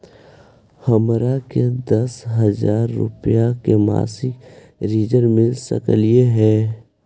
हमरा के दस हजार रुपया के मासिक ऋण मिल सकली हे?